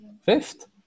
Fifth